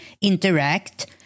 interact